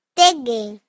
digging